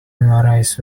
memorize